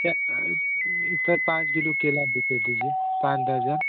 क्या सर पाँच किलो केला भी दे दीजिए पाँच दर्ज़न